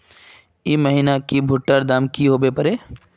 ई महीना की भुट्टा र दाम की होबे परे?